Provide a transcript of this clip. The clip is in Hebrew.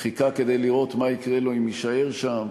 חיכה כדי לראות מה יקרה לו אם יישאר שם,